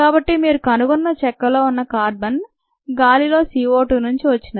కాబట్టి మీరు కనుగొన్న చెక్కలో ఉన్న కార్బన్ గాలిలో CO2 నుండి వచ్చింది